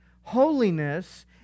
holiness